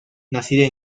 nacida